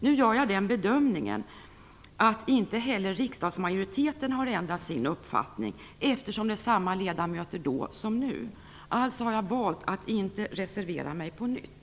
Nu gör jag den bedömningen att inte heller riksdagsmajoriteten har ändrat sin uppfattning eftersom det är samma ledamöter då som nu. Jag har alltså valt att inte reservera mig på nytt.